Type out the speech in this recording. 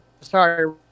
Sorry